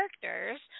characters